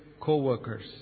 co-workers